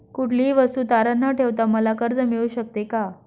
कुठलीही वस्तू तारण न ठेवता मला कर्ज मिळू शकते का?